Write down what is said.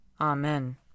Amen